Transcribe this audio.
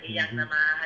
mmhmm